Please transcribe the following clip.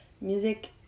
Music